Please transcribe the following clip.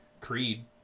Creed